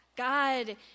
God